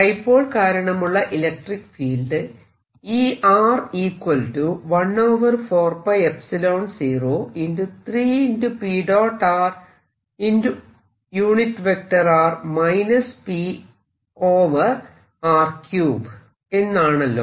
dipole കാരണമുള്ള electric field എന്നാണല്ലോ